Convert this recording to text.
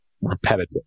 repetitive